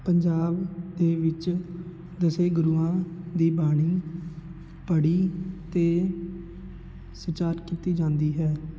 ਪੰਜਾਬ ਦੇ ਵਿੱਚ ਦਸ ਗੁਰੂਆਂ ਦੀ ਬਾਣੀ ਪੜ੍ਹੀ ਅਤੇ ਸਚਾਰ ਕੀਤੀ ਜਾਂਦੀ ਹੈ